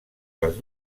dels